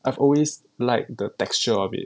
I've always liked the texture of it